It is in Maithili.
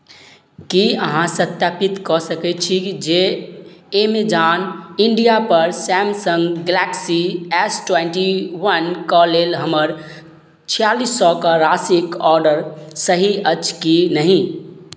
की अहाँ सत्यापित कऽ सकै छी जे एमेजॉन इंडियापर Samsung Galaxy S twenty one कऽ लेल हमर छियालिस सए कऽ राशिक ऑर्डर सही अछि कि नहि